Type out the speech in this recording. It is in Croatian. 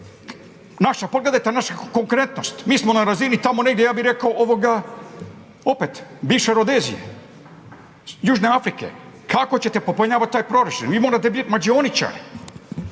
Naša, pogledajte našu konkurentnost, mi smo na razini tamo negdje ja bih rekao, opet bivše Rodezije, Južne Afrike. Kako ćete popunjavati taj proračun? Vi morate biti mađioničar.